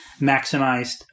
maximized